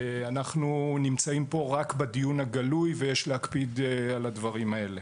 ואנחנו נמצאים פה רק בדיון הגלוי ויש להקפיד על הדברים האלה.